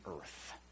earth